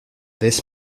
this